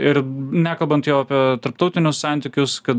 ir nekalbant jau apie tarptautinius santykius kad